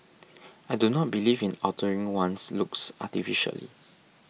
I do not believe in altering one's looks artificially